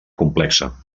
complexa